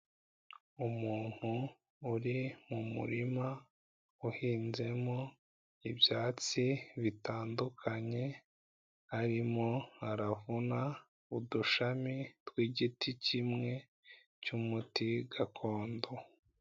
Umuntu uri mu murima uhinzemo ibyatsi bitandukanye, arimo aravuna udushami tw'igiti kimwe cy'umuti gakondo.